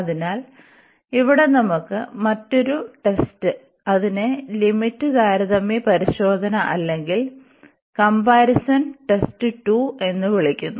അതിനാൽ ഇവിടെ നമുക്ക് മറ്റൊരു ടെസ്റ്റുണ്ട് അതിനെ ലിമിറ്റ് താരതമ്യ പരിശോധന അല്ലെങ്കിൽ കoപാരിസൺ ടെസ്റ്റ് 2 എന്ന് വിളിക്കുന്നു